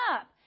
up